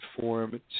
form